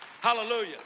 Hallelujah